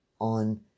on